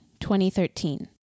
2013